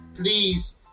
please